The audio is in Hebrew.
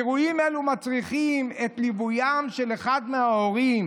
אירועים אלו מצריכים את ליווים של אחד מהוריהם,